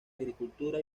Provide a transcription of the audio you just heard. agricultura